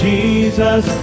Jesus